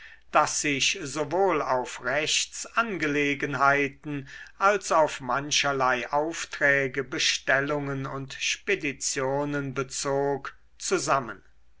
das sich sowohl auf rechtsangelegenheiten als auf mancherlei aufträge bestellungen und speditionen bezog zusammen